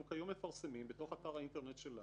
אנחנו כיום מפרסמים בתוך אתר האינטרנט שלנו